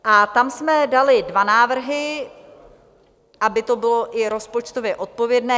A tam jsme dali dva návrhy, aby to bylo i rozpočtově odpovědné.